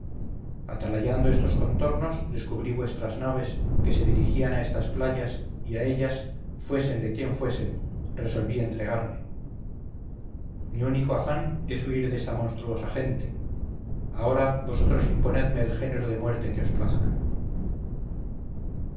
mano atalayando estos contornos descubrí vuestras naves que se dirigían a estas playas y a ellas fuesen de quien fuesen resolví entregarme mi único afán es huir de esta monstruosa gente ahora vosotros imponedme el género de muerte que os plazca